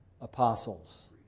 apostles